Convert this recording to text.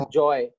joy